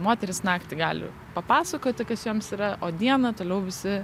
moterys naktį gali papasakotikas joms yra o dieną toliau visi